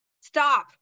stop